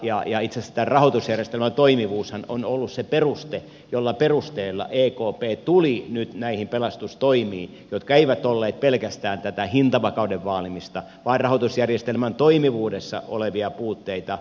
itse asiassa tämän rahoitusjärjestelmän toimivuushan on ollut se peruste jolla ekp tuli nyt näihin pelastustoimiin jotka eivät olleet pelkästään tätä hintavakauden vaalimista vaan rahoitusjärjestelmän toimivuudessa olevien puutteiden markkinapuutteiden korjaamista